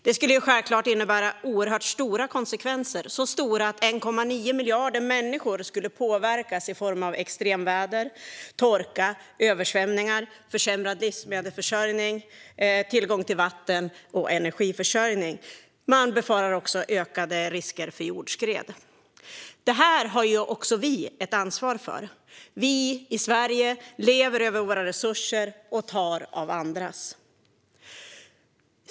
Det skulle självklart innebära stora konsekvenser, så stora att 1,9 miljarder människor skulle påverkas i form av extremväder, torka, översvämningar och försämrad livsmedelsförsörjning, tillgång till vatten och energiförsörjning. Man befarar också ökade risker för jordskred. Det här har också vi ett ansvar för. Vi i Sverige lever över våra resurser och tar av andras.